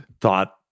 thought